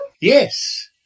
Yes